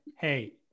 hey